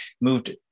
moved